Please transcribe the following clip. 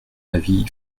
avis